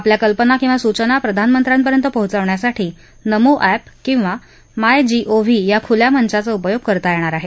आपल्या कल्पना किंवा सूचना प्रधानमंत्र्यापर्यंत पोहचवण्यासाठी नमो अॅप किंवा माय जी ओ व्ही या खुल्या मंचाचा उपयोग करता येईल